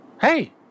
Hey